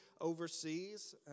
overseas